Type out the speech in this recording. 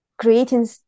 creating